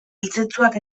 eltzetzuak